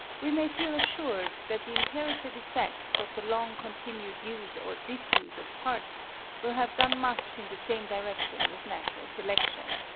we may feel assured that the inherited effects of the long-continued use or disuse of parts will have done much in the same direction with natural selection.